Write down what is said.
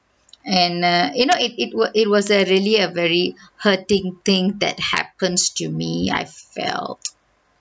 and err you know it it wa~ it was err really err very hurting thing that happens to me I felt